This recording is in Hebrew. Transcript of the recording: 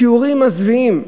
תיאורים מזוויעים.